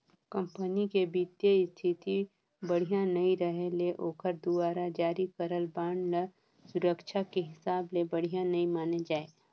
company के बित्तीय इस्थिति बड़िहा नइ रहें ले ओखर दुवारा जारी करल बांड ल सुरक्छा के हिसाब ले बढ़िया नइ माने जाए